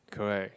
correct